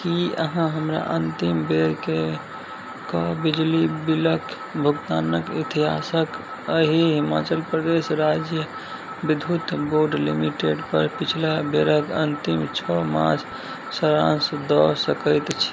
की अहाँ हमरा अन्तिम बेरके कऽ बिजली बिलक भुगतानक इतिहासक एहि हिमाचल प्रदेश राज्य विद्युत बोर्ड लिमिटेड पर पिछला बेरक अन्तिम छओ मास सारांश दऽ सकैत छी